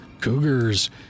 cougars